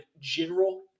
general